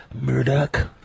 Murdoch